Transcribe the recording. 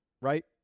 right